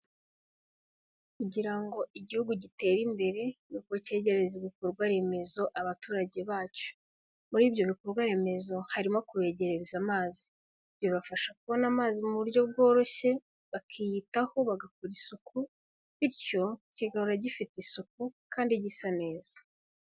Kugira ngo igihugu gitere imbere nuko cyegereza ibikorwa remezo abaturage bacyo, muri ibyo bikorwa remezo harimo kubeyegeza amazi, bibafasha kubona amazi mu buryo bworoshye bakiyitaho, bagakora isuku bityo kigahora gifite isuku kandi gisa neza.